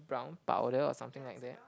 brown powder or something like that